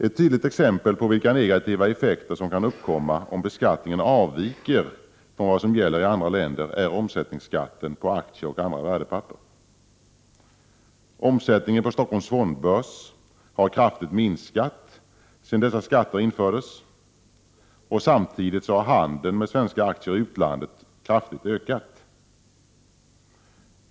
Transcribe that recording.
Ett tydligt exempel på vilka negativa effekter som kan uppkomma om beskattningen avviker från vad som gäller i andra länder är omsättningsskatten på aktier och andra värdepapper. Omsättningen på Stockholms fondbörs har kraftigt minskat sedan dessa skatter infördes. Samtidigt har handeln med svenska aktier i utlandet ökat kraftigt.